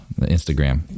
Instagram